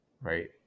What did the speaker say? right